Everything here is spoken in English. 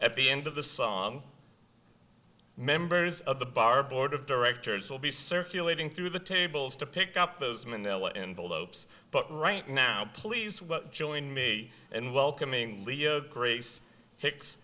at the end of the song members of the bar board of directors will be circulating through the tables to pick up those manila envelopes but right now please join me in welcoming leo grace hicks